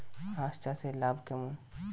হাঁস চাষে লাভ কেমন?